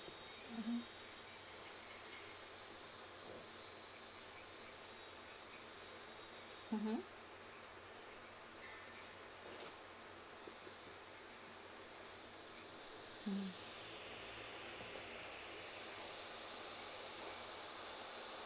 mmhmm mmhmm mm